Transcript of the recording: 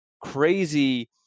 crazy